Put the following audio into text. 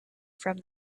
from